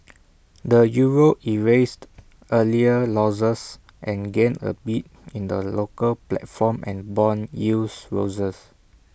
the euro erased earlier losses and gained A bit in the local platform and Bond yields roses